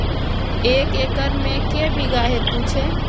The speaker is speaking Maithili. एक एकरऽ मे के बीघा हेतु छै?